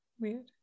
weird